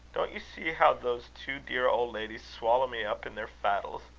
don't you see how those two dear old ladies swallow me up in their faddles?